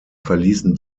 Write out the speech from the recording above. verließen